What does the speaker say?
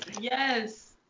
Yes